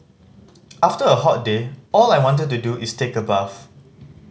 after a hot day all I want to do is take a bath